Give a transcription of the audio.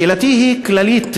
שאלתי היא כללית,